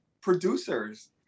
producers